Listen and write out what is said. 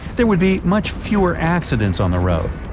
there would be much fewer accidents on the roads.